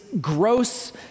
gross